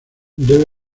debe